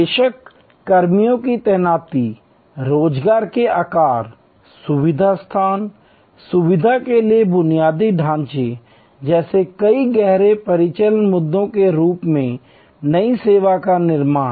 बेशक कर्मियों की तैनाती रोजगार के आकार सुविधा स्थान सुविधाओं के लिए बुनियादी ढांचे जैसे कई गहरे परिचालन मुद्दों के रूप में नई सेवा का निर्माण